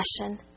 passion